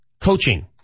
coaching